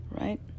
right